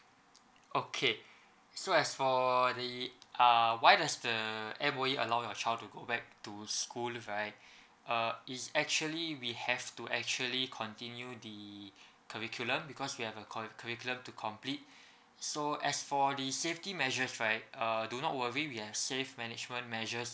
okay so as for the uh why there's the M_O_E allow your child to go back to school right uh it's actually we have to actually continue the curriculum because we have a co curriculum to complete so as for the safety measures right err do not worry we have safe management measures